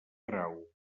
grau